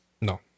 No